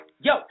Yo